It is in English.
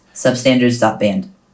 Substandards.band